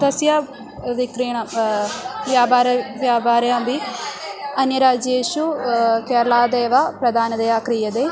तस्य विक्रयणं व्यापारः व्यापारे अपि अन्यराज्येषु केरलादेव प्रधानतया क्रियते